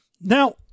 Now